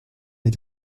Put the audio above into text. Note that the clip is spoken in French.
les